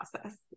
process